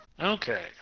Okay